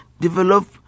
develop